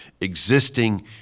existing